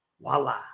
Voila